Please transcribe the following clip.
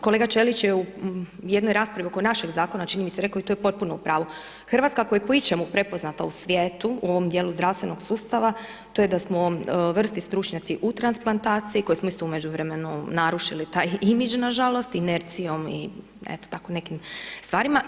Kolega Ćelić je u jednoj raspravi oko našeg zakona, čini mi se rekao i to je potpuno u pravu, Hrvatska ako je po ičemu prepoznata u svijetu, u ovom dijelu zdravstvenog sustava, to je da smo vrsni stručnjaci u transplantaciji, koje smo isto u međuvremenu narušili taj imidž nažalost, inercijom i eto, tako nekim stvarima.